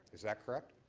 is that correct.